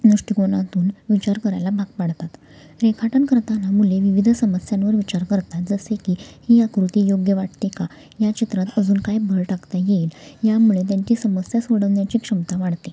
दृष्टिकोनातून विचार करायला भाग पाडतात रेखाटन करताना मुले विविध समस्यांवर विचार करतात जसे की ही आकृती योग्य वाटते का या चित्रात अजून काय भर टाकता येईल यामुळे त्यांची समस्या सोडवण्याची क्षमता वाढते